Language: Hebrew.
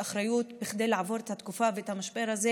אחריות כדי לעבור את התקופה ואת המשבר הזה